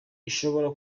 ishobora